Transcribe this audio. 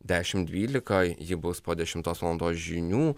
dešimt dvylika ji bus po dešimtos valandos žinių